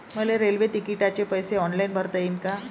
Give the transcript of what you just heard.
मले रेल्वे तिकिटाचे पैसे ऑनलाईन भरता येईन का?